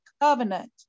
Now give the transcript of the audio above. covenant